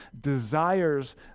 desires